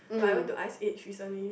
but I went to Ice edge recently